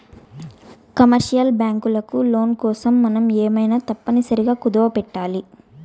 commercial బ్యాంకులకి loan కోసం మనం ఏమైనా తప్పనిసరిగా కుదవపెట్టాలి